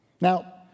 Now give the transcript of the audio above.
Now